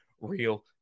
real